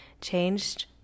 changed